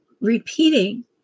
repeating